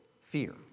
fear